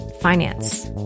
finance